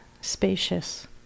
spacious